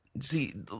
see